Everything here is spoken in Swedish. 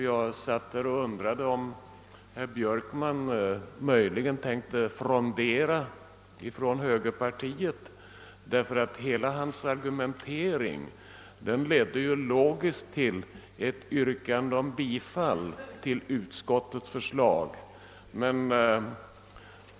Jag undrade om herr Björkman möjligen tänkte frondera mot högerpartiet, ty hela hans argumentering ledde 1ogiskt till ett yrkande om bifall till utskottets hemställan.